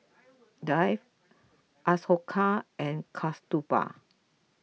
Dev Ashoka and Kasturba